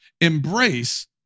embrace